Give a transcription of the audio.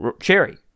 cherry